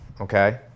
okay